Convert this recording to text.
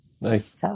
Nice